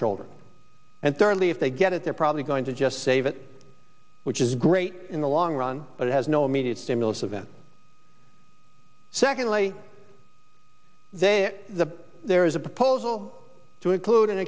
children and certainly if they get it they're probably going to just save it which is great in the long run but has no immediate stimulus event secondly they there is a proposal to include an